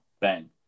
bang